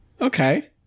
Okay